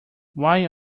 why